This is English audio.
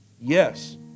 Yes